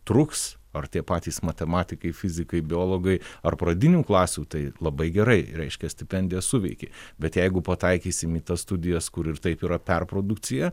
truks ar tie patys matematikai fizikai biologai ar pradinių klasių tai labai gerai reiškia stipendija suveikė bet jeigu pataikysim į tas studijas kur ir taip yra perprodukcija